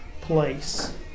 place